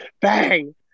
bang